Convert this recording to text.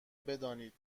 بدانید